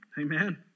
Amen